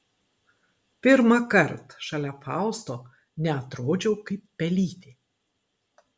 pirmąkart šalia fausto neatrodžiau kaip pelytė